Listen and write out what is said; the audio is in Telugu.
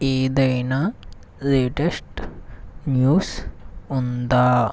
ఏదైనా లేటెస్ట్ న్యూస్ ఉందా